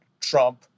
Trump